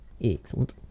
Excellent